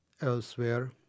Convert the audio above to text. elsewhere